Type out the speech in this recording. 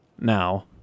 Now